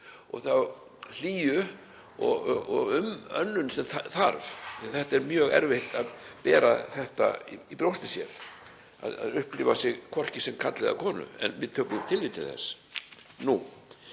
og þá hlýju og umönnun sem þarf því að það er mjög erfitt að bera þetta í brjósti sér, að upplifa sig hvorki sem karl eða konu, en við tökum tillit til þess.